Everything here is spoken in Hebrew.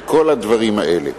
וכל הדברים האלה.